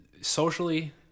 socially